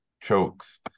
chokes